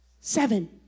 Seven